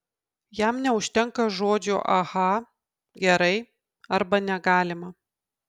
jam neužtenka žodžio aha gerai arba negalima